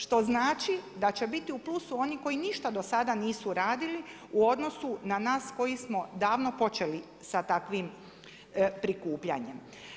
Što znači, da će biti u plusu oni koji ništa do sada nisu radili u odnosu na nas koji smo odavno počeli sa takvim prikupljanjem.